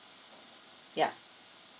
ya